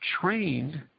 trained